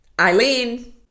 Eileen